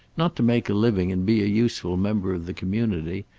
not to make living and be a useful member of the community,